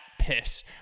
piss